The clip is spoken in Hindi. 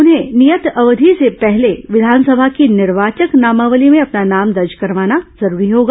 उन्हें नियत अवधि से पहले विधानसभा की निर्वाचक नामावली में अपना नाम दर्ज करवाना जरूरी होगा